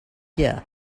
here